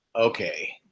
okay